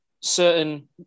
certain